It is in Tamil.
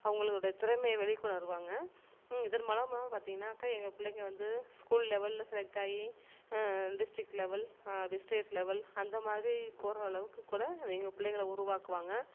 அவங்களோட திறமையை வெளிக்கொணர்வாங்க இதன் பார்த்தீங்கன்னாக்கா எங்கள் பிள்ளைங்க வந்து ஸ்கூல் லெவலில் செலக்ட்டாயி டிஸ்ட்ரிக் லெவல் அப்படியே ஸ்டேட் லெவல் அந்த மாரி போகற அளவுக்கு கூட எங்கள் பிள்ளைங்கள உருவாக்குவாங்க